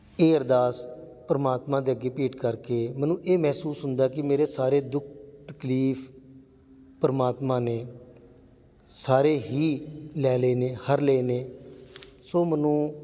ਇਹ ਅਰਦਾਸ ਪਰਮਾਤਮਾ ਦੇ ਅੱਗੇ ਭੇਟ ਕਰਕੇ ਮੈਨੂੰ ਇਹ ਮਹਿਸੂਸ ਹੁੰਦਾ ਕਿ ਮੇਰੇ ਸਾਰੇ ਦੁੱਖ ਤਕਲੀਫ਼ ਪਰਮਾਤਮਾ ਨੇ ਸਾਰੇ ਹੀ ਲੈ ਲਏ ਨੇ ਹਰ ਲਏ ਨੇ ਸੋ ਮੈਨੂੰ